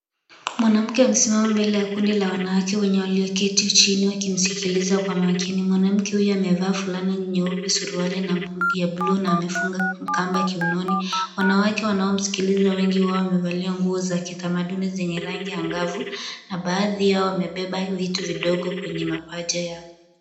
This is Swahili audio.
Mwanamke amesimama mbele ya kundi la wanawake wenye walioketi chini wakimsikiliza kwa makini, mwanamke huyo amevaa fulana nyeupe, suruali ya bluu na amefunga kamba kiunoni. Wanawake wanaomsikiliza wengi wao wamevalia nguo za kitamaduni zenye rangi angavu na baadhi yao wamebeba vitu vidogo kwenye mapaja yao.